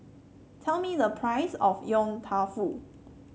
tell me the price of Yong Tau Foo